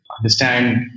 Understand